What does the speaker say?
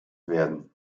werden